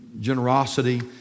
generosity